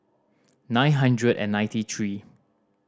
nine hundred and ninety three